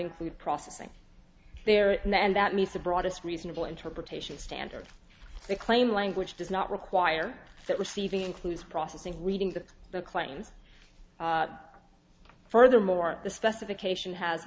include processing there and that meets the broadest reasonable interpretation standard that claim language does not require that receiving includes processing reading the claim furthermore the specification has